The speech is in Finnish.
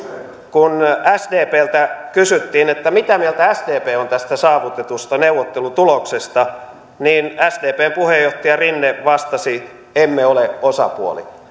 kun sdpltä kysyttiin mitä mieltä sdp on tästä saavutetusta neuvottelutuloksesta niin sdpn puheenjohtaja rinne vastasi emme ole osapuoli